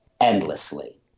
endlessly